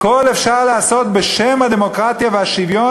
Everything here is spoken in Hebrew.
הכול אפשר לעשות בשם הדמוקרטיה והשוויון,